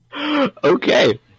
Okay